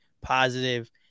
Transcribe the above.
positive